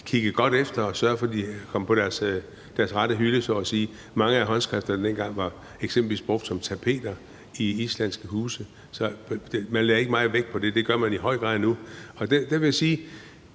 kigget godt efter, og man sørgede for, at de kom på deres rette hylde, så at sige. Mange af håndskrifterne blev dengang eksempelvis brugt som tapet i islandske huse, så man lagde ikke meget vægt på det, men det gør man i høj grad nu.